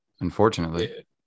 unfortunately